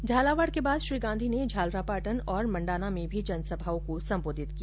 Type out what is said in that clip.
झालावाड़ के बाद श्री गांधी ने झालरापाटन और मंडाना में भी जनसभाओं को सम्बोधित किया